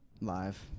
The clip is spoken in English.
live